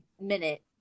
minute